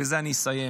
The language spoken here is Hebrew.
ובזה אסיים: